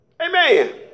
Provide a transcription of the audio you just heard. Amen